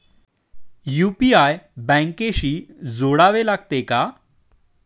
UPI बँकेशी जोडावे लागते का?